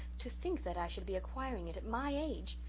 to think that i should be acquiring it at my age!